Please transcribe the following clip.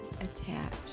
attached